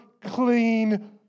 clean